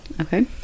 Okay